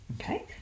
Okay